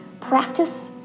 Practice